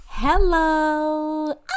hello